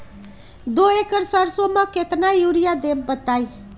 दो एकड़ सरसो म केतना यूरिया देब बताई?